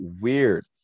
weird